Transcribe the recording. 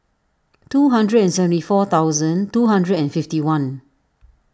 two hundred and seventy four thousand two hundred and fifty one